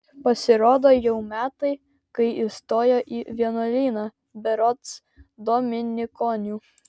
pasirodo jau metai kai įstojo į vienuolyną berods dominikonių